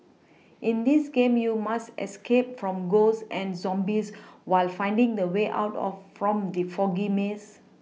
in this game you must escape from ghosts and zombies while finding the way out of from the foggy maze